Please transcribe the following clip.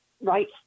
Right